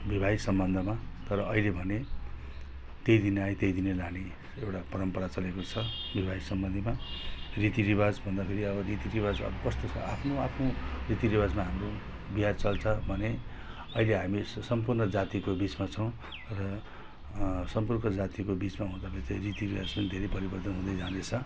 वैवाहिक सम्बन्धीमा तर अहिले त्यही दिनै आए त्यही दिनै लाने एउटा परम्परा चलेको छ वैवाहिक सम्बन्धीमा रीतिरिवाज भन्दाफेरि अब रीतिरिवाज अब कस्तो छ आफ्नो आफ्नो रीतिरिवाजमा हाम्रो बिहा चल्छ भने अहिले हामी सम्पूर्ण जातिको बिचमा छौँ र सम्पूर्ण जातिको छेउमा हुँदाफेरि चाहिँ रीतिरिवाज पनि धेरै परिवर्तन हुँदै जाँदैछ